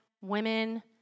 women